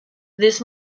this